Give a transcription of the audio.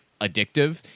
addictive